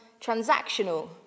transactional